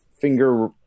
finger